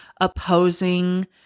opposing